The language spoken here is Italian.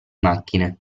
macchine